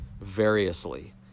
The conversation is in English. variously